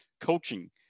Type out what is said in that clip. coaching